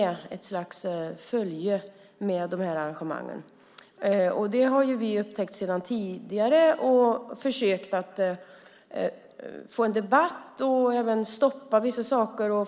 Det följer med de här arrangemangen. Det har vi upptäckt redan tidigare. Vi har försökt att få en debatt och även att stoppa vissa saker.